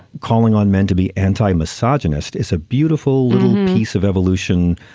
calling on men to be anti misogynist is a beautiful piece of evolution.